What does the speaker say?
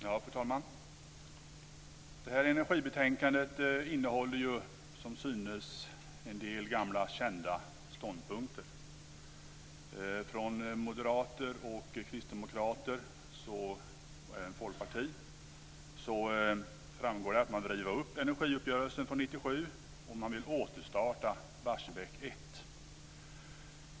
Fru talman! Det här energibetänkandet innehåller som synes en del gamla, kända ståndpunkter. Det framgår att Moderaterna och Kristdemokraterna och även Folkpartiet vill riva upp energiuppgörelsen från 1997 och återstarta Barsebäck 1.